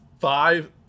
five